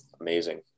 Amazing